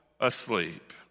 asleep